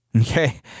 Okay